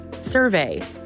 survey